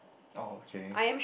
oh okay